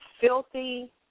filthy